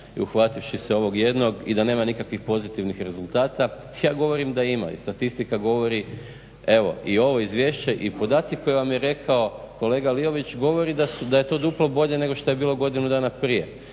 i uhvativši se ovog jednog i da nema nikakvih pozitivnih rezultata. Ja govorim da ima. I statistika govori i ovo izvješće i podaci koje vam je rekao kolega Liović govori da je to duplo bolje nego što je bilo godinu dana prije,